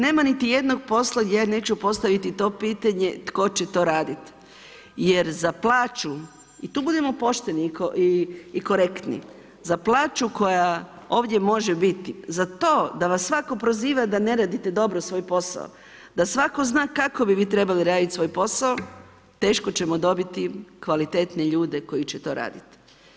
Nema niti jednog posla, gdje ja neću postaviti to pitanje tko će to raditi, jer za plaću i tu budimo pošteni i korektni za plaću koja ovdje može biti, za to da vas svatko proziva da ne radite svoj posao, da svako zna kako bi vi trebali svoj posao, teško ćemo dobiti kvalitetne ljude koji će to raditi.